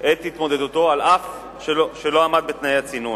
את התמודדותו אף שלא עמד בתנאי הצינון.